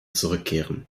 zurückkehren